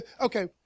okay